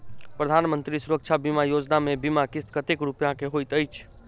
प्रधानमंत्री सुरक्षा बीमा योजना मे बीमा किस्त कतेक रूपया केँ होइत अछि?